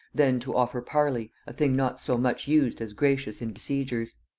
then to offer parley, a thing not so much used as gracious in besiegers.